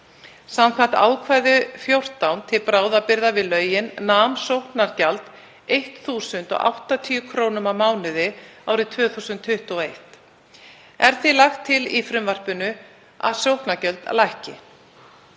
Samkvæmt ákvæði XIV til bráðabirgða við lögin nam sóknargjald 1.080 kr. á mánuði árið 2021. Er því lagt til í frumvarpinu að sóknargjöld lækki.